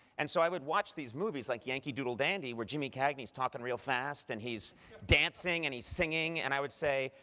and so, i would watch these movies like yankee doodle dandy where jimmy cagney is talking real fast, and he's dancing, and he's singing. and i would say,